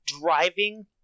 driving